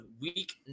week